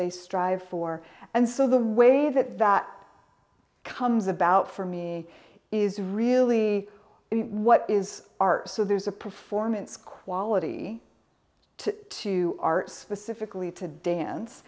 they strive for and so the way that that comes about for me is really what is art so there's a performance quality to art specifically to